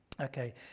okay